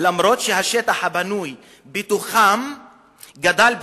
אף שהשטח הבנוי בתוכם גדול פי-16.